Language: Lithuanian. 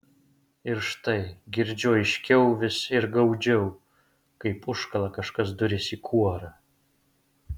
ir štai girdžiu aiškiau vis ir gaudžiau kaip užkala kažkas duris į kuorą